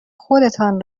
خودتان